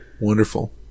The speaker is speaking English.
Wonderful